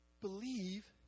believe